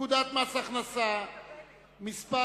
פקודת מס הכנסה (מס'